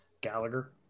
Gallagher